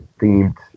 themed